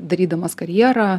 darydamas karjerą